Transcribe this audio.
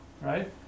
right